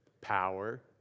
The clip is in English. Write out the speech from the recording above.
power